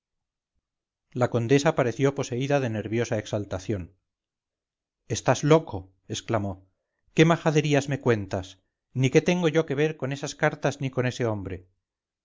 la condesa pareció poseída de nerviosa exaltación estás loco exclamó qué majaderías me cuentas ni qué tengo yo que ver con esas cartas ni con ese hombre